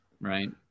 Right